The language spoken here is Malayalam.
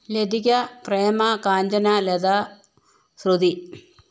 ലതിക പ്രേമ കാഞ്ചന ലത ശ്രുതി